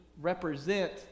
represent